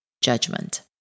judgment